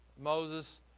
Moses